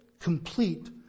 complete